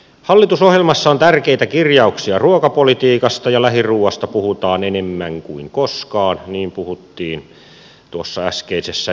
hallitusohjelmassa on tärkeitä kirjauksia ruokapolitiikasta ja lähiruuasta puhutaan enemmän kuin koskaan niin puhuttiin tuossa äskeisessä debatissakin